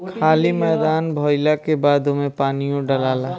खाली मैदान भइला के बाद ओमे पानीओ डलाला